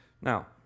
Now